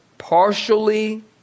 Partially